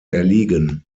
erliegen